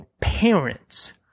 parents